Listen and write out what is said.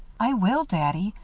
i will, daddy.